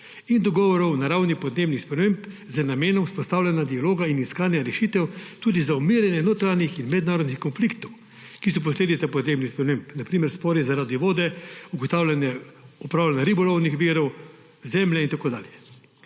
in dogovorov na ravni podnebnih sprememb z namenom vzpostavljanja dialoga in iskanja rešitev, tudi za umirjanje notranjih in mednarodnih konfliktov, ki so posledica podnebnih sprememb, na primer spori zaradi vode, upravljanje ribolovnih virov, zemlje in tako dalje.